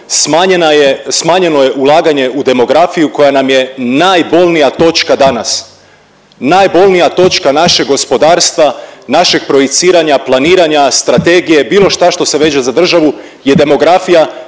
smanjeno je ulaganje u demografiju koja nam je najbolnija točka danas. Najbolnija točka našeg gospodarstva, našeg projiciranja, planiranja, strategije bilo šta što se veže državu je demografija